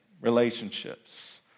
Relationships